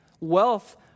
Wealth